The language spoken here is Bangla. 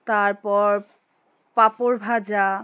তারপর পাঁপড় ভাজা